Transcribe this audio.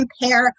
impair